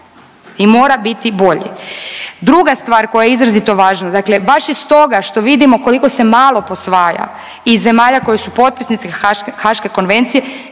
i mora biti bolji. Druga stvar koja je izrazito važna, dakle baš i stoga što vidimo koliko se malo posvaja iz zemalja koje su potpisnice Haaške konvencije,